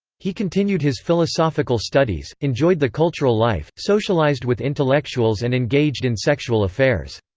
he continued his philosophical studies, enjoyed the cultural life, socialized with intellectuals and engaged in sexual affairs.